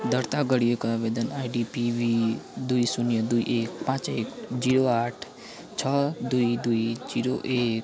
दर्ता गरिएको आवेदन आइडी पिभी दुई शून्य दुई एक पाँच एक जिरो आठ छ दुई दुई जिरो एक